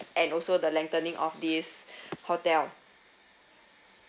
and also the lengthening of this hotel